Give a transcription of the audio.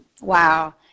Wow